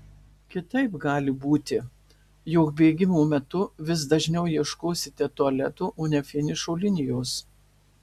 kitaip gali būti jog bėgimo metu vis dažniau ieškosite tualeto o ne finišo linijos